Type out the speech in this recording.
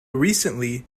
recently